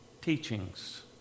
teachings